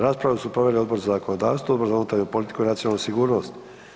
Raspravu su proveli Odbor za zakonodavstvo, Odbor za unutarnju politiku i nacionalnu sigurnost.